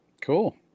cool